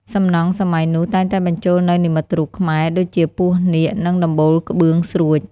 សំណង់សម័យនោះតែងតែបញ្ជូលនូវនិមិត្តរូបខ្មែរ ដូចជាពស់នាគ និងដំបូលក្បឿងស្រួច។